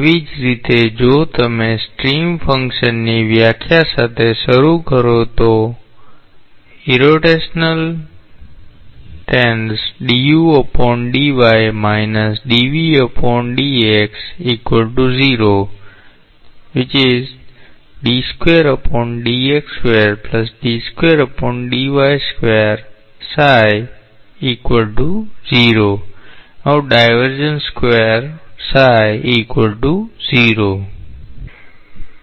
તેવી જ રીતે જો તમે સ્ટ્રીમ ફંક્શનની વ્યાખ્યા સાથે શરૂ કરો તો